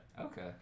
Okay